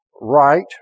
right